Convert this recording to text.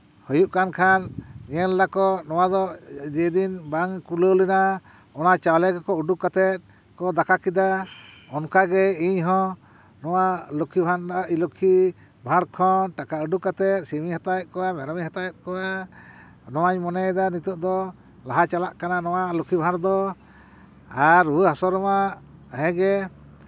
ᱦᱩᱭᱩᱜ ᱠᱟᱱ ᱠᱷᱟᱱ ᱧᱮᱞ ᱫᱟᱠᱚ ᱱᱚᱣᱟ ᱫᱚ ᱡᱮᱫᱤᱱ ᱵᱟᱝ ᱠᱩᱞᱟᱹᱣ ᱞᱮᱱᱟ ᱚᱱᱟ ᱪᱟᱣᱞᱮ ᱜᱮᱠᱚ ᱩᱰᱩᱠ ᱠᱟᱛᱮᱫ ᱠᱚ ᱫᱟᱠᱟ ᱠᱮᱫᱟ ᱚᱱᱠᱟ ᱜᱮ ᱤᱧᱦᱚᱸ ᱞᱚᱠᱠᱷᱤ ᱵᱷᱟᱱᱰᱟᱨ ᱞᱚᱠᱠᱷᱤ ᱵᱷᱟᱬ ᱠᱷᱚᱱ ᱴᱟᱠᱟ ᱩᱰᱩᱠ ᱠᱟᱛᱮᱫ ᱥᱤᱢ ᱤᱧ ᱦᱟᱛᱟᱣᱮᱫ ᱠᱚᱣᱟ ᱢᱮᱨᱚᱢ ᱤᱧ ᱦᱟᱛᱟᱣᱮᱫ ᱠᱚᱣᱟ ᱱᱚᱣᱟᱧ ᱢᱚᱱᱮᱭᱫᱟ ᱱᱤᱛᱚᱜ ᱫᱚ ᱞᱟᱦᱟ ᱪᱟᱞᱟᱜ ᱠᱟᱱᱟ ᱱᱚᱣᱟ ᱞᱚᱠᱠᱷᱤ ᱵᱷᱟᱬ ᱫᱚ ᱟᱨ ᱨᱩᱣᱟᱹ ᱦᱟᱹᱥᱩ ᱨᱮᱢᱟ ᱦᱮᱸ ᱜᱮ